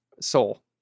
soul